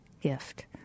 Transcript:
gift